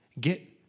Get